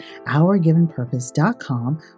OurGivenPurpose.com